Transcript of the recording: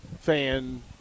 fan